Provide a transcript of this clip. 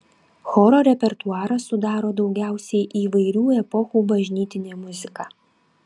choro repertuarą sudaro daugiausiai įvairių epochų bažnytinė muzika